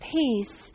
peace